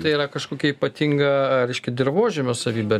tai yra kažkokia ypatinga reiškia dirvožemio savybė